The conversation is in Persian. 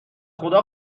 خدا